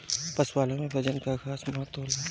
पशुपालन में प्रजनन कअ खास महत्व होला